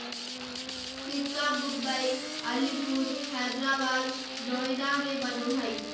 सिक्का मुम्बई, अलीपुर, हैदराबाद, नोएडा में बनो हइ